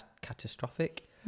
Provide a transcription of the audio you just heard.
catastrophic